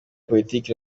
politike